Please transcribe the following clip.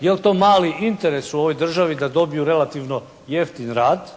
Je li to mali interes u ovoj državi da dobiju relativno jeftin rad,